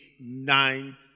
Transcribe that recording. nine